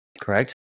correct